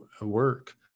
work